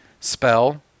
Spell